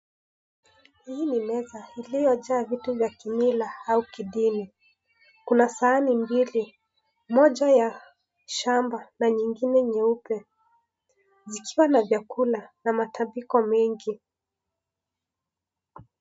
Hii ni meza iliyojaa vitu za kimila au kidini. Kuna sahani mbili, moja ya shamba na nyingine nyeupe, zikiwa na vyakula na matapiko mengi.